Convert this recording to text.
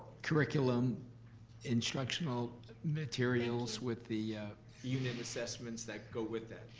curriculum instructional materials with the unit assessments that go with that.